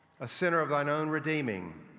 a center of thy known redeeming.